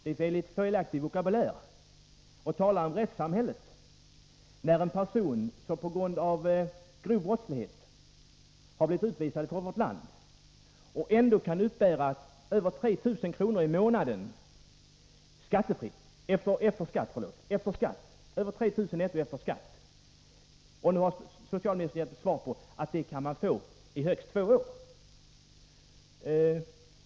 Det är en felaktig vokabulär att tala om rättssamhället när en person som på grund av grov brottslighet har blivit utvisad från vårt land ändå kan uppbära över 3 000 kr. i månaden efter skatt. Socialministern har nu gett mig beskedet att man kan få denna ersättning i högst två år.